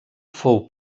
fou